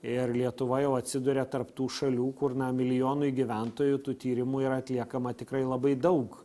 ir lietuva jau atsiduria tarp tų šalių kur na milijonui gyventojų tų tyrimų yra atliekama tikrai labai daug